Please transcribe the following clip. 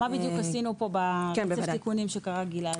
מה בדיוק עשינו פה בתיקונים שקרא גלעד.